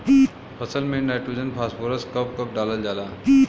फसल में nitrogen phosphorus कब कब डालल जाला?